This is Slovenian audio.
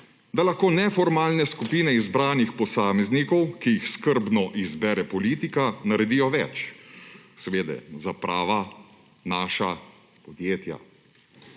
da lahko neformalne skupine izbranih posameznikov, ki jih skrbno izbere politika, naredijo več. Seveda za prava, naša podjetja.